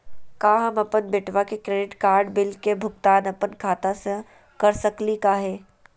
का हम अपन बेटवा के क्रेडिट कार्ड बिल के भुगतान अपन खाता स कर सकली का हे?